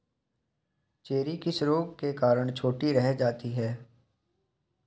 Cherry किस रोग के कारण छोटी रह जाती है?